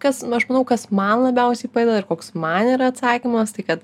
kas aš manau kas man labiausiai padeda ir koks man yra atsakymas tai kad